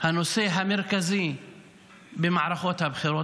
הנושא המרכזי במערכות הבחירות.